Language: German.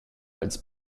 als